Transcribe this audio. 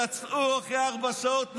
יצאו אחרי ארבע שעות,